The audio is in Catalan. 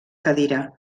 cadira